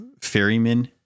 ferryman